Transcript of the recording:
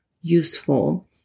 useful